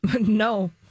No